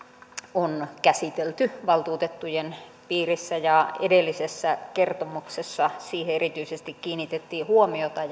on käsitelty valtuutettujen piirissä ja edellisessä kertomuksessa siihen erityisesti kiinnitettiin huomiota